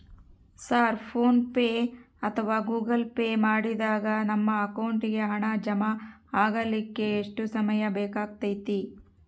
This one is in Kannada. ಸರ್ ಫೋನ್ ಪೆ ಅಥವಾ ಗೂಗಲ್ ಪೆ ಮಾಡಿದಾಗ ನಮ್ಮ ಅಕೌಂಟಿಗೆ ಹಣ ಜಮಾ ಆಗಲಿಕ್ಕೆ ಎಷ್ಟು ಸಮಯ ಬೇಕಾಗತೈತಿ?